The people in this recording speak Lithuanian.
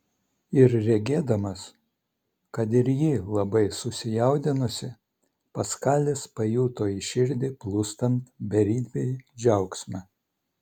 ir regėdamas kad ir ji labai susijaudinusi paskalis pajuto į širdį plūstant beribį džiaugsmą